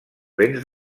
vents